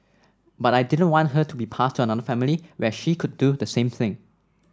but I didn't want her to be passed to another family where she could do the same thing